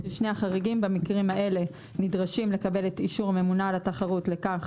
שני החריגים במקרים האלהה נדרשים לקבל אישור הממונה על התחרות לכך